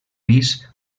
pis